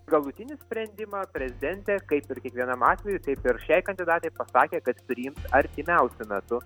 galutinį sprendimą prezidentė kaip ir kiekvienam atvejui taip ir šiai kandidatei pasakė kad priims artimiausiu metu